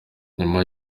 nyuma